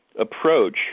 approach